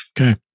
Okay